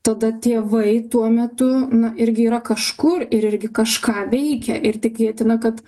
tada tėvai tuo metu na irgi yra kažkur ir irgi kažką veikia ir tikėtina kad